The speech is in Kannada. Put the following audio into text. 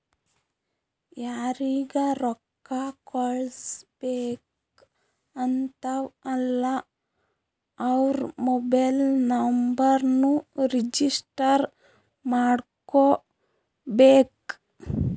ಯಾರಿಗ ರೊಕ್ಕಾ ಕಳ್ಸುಬೇಕ್ ಅಂತಿವ್ ಅಲ್ಲಾ ಅವ್ರ ಮೊಬೈಲ್ ನುಂಬರ್ನು ರಿಜಿಸ್ಟರ್ ಮಾಡ್ಕೋಬೇಕ್